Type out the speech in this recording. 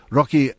Rocky